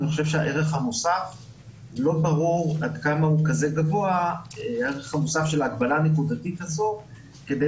אני חושב שלא ברור עד כמה הערך המוסף של ההגבלה הנקודתית הזו הוא כזה